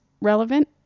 relevant